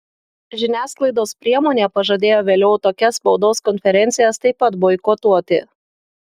žiniasklaidos priemonė pažadėjo vėliau tokias spaudos konferencijas taip pat boikotuoti